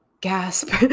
gasp